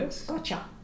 Gotcha